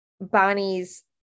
Bonnie's